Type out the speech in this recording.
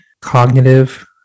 cognitive